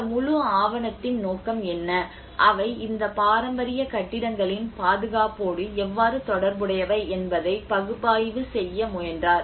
இந்த முழு ஆவணத்தின் நோக்கம் என்ன அவை இந்த பாரம்பரிய கட்டிடங்களின் பாதுகாப்போடு எவ்வாறு தொடர்புடையவை என்பதை பகுப்பாய்வு செய்ய முயன்றார்